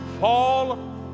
fall